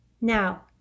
Now